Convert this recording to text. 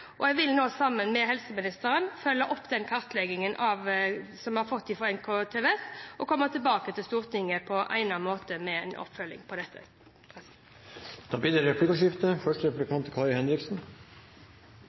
skjer. Jeg vil nå, sammen med helseministeren, følge opp den kartleggingen som vi har fått fra NKVTS, og komme tilbake til Stortinget på egnet måte med en oppfølging på dette. Det blir replikkordskifte.